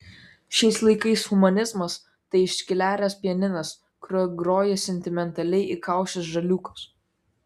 šiais laikais humanizmas tai iškleręs pianinas kuriuo groja sentimentaliai įkaušęs žaliūkas